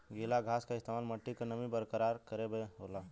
गीला घास क इस्तेमाल मट्टी क नमी बरकरार करे में होला